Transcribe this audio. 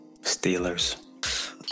Steelers